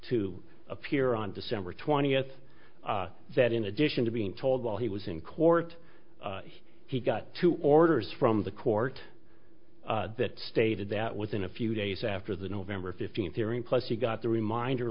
to appear on december twentieth that in addition to being told while he was in court he got two orders from the court that stated that within a few days after the november fifteenth hearing plus he got the reminder